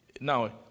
Now